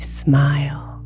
smile